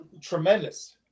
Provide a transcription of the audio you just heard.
tremendous